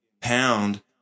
pound